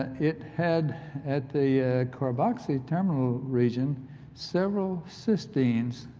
ah it had at the car boxy terminal region several cystins,